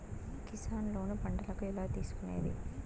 Kisan loan పంటలకు ఎలా తీసుకొనేది?